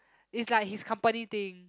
it's like his company thing